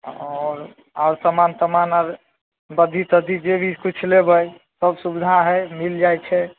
आओर आओर सामान तमान आओर बद्धी तद्धी जेभी किछु लेबै सब सुविधा हइ मिलि जाइ छै